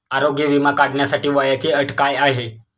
आरोग्य विमा काढण्यासाठी वयाची अट काय आहे?